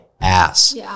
ass